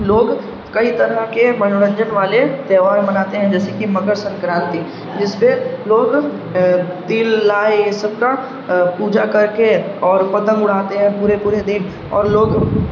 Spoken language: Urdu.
لوگ کئی طرح کے منورنجن والے تہوار مناتے ہیں جیسے کہ مکر سنکرانتی جس پہ لوگ تل لائی یہ سب کا پوجا کر کے اور پتنگ اڑاتے ہیں پورے پورے دن اور لوگ